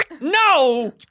No